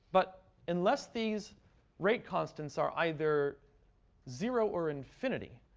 but unless these rate constants are either zero or infinity,